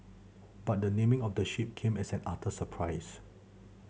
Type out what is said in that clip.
but the naming of the ship came as an utter surprise